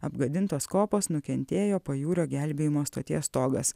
apgadintos kopos nukentėjo pajūrio gelbėjimo stoties stogas